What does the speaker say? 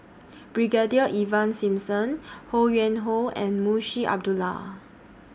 Brigadier Ivan Simson Ho Yuen Hoe and Munshi Abdullah